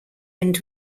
end